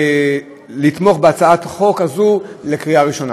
לתמוך בהצעת החוק הזאת בקריאה ראשונה.